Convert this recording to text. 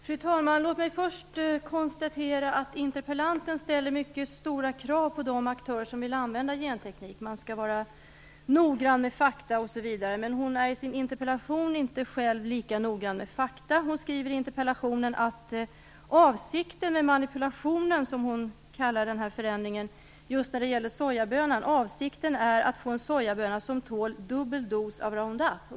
Fru talman! Låt mig först konstatera att interpellanten ställer mycket stora krav på de aktörer som vill använda genteknik, bl.a. att de skall vara noggranna med fakta. Hon är själv inte lika noggrann med fakta i sin interpellation. Hon skriver där att avsikten med manipulationen - som hon kallar förändringen just när det gäller sojabönan - är att få en sojaböna som tål dubbel dos av Roundup.